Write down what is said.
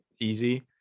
easy